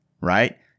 right